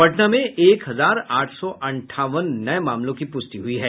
पटना में एक हजार आठ सौ अंठावने नये मामलों की पुष्टि हुई है